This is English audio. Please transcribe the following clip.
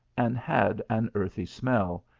and had an earthy smell,